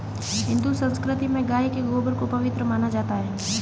हिंदू संस्कृति में गाय के गोबर को पवित्र माना जाता है